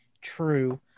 true